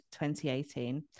2018